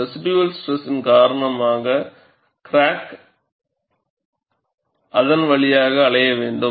residual ஸ்ட்ரெஸின் காரணமாக crack அதன் வழியாக அலைய வேண்டும்